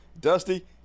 Dusty